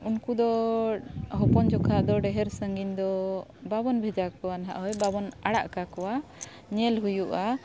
ᱩᱱᱠᱩ ᱫᱚ ᱦᱚᱯᱚᱱ ᱡᱚᱠᱷᱚᱱ ᱫᱚ ᱰᱷᱮᱨ ᱥᱟᱺᱜᱤᱧ ᱫᱚ ᱵᱟᱵᱚᱱ ᱵᱷᱮᱡᱟ ᱠᱚᱣᱟ ᱱᱟᱜ ᱦᱳᱭ ᱵᱟᱵᱚᱱ ᱟᱲᱟᱜ ᱠᱟᱠᱚᱣᱟ ᱧᱮᱞ ᱦᱩᱭᱩᱜᱼᱟ